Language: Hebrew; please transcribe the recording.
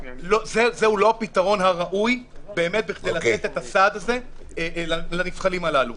זה לא הפתרון הראוי בכדי לתת את הסעד הזה לנבחנים הללו.